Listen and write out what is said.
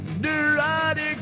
Neurotic